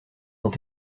ont